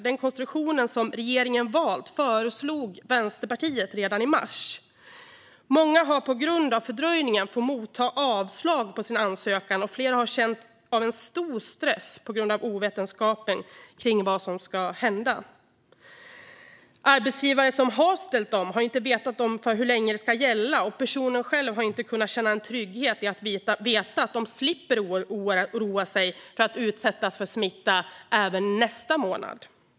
Den konstruktion som regeringen har valt föreslog Vänsterpartiet redan i mars. Många har på grund av fördröjningen fått avslag på sina ansökningar, och flera har känt stor stress på grund av ovetskapen om vad som ska hända. Arbetsgivare som har ställt om har inte vetat hur länge det ska gälla, och arbetstagarna själva har inte kunnat känna trygghet i att veta att de även nästa månad slipper oroa sig för att utsättas för smitta. Fru talman!